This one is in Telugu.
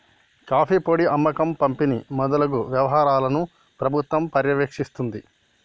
కాఫీ పొడి అమ్మకం పంపిణి మొదలగు వ్యవహారాలను ప్రభుత్వం పర్యవేక్షిస్తుంది